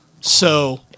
So-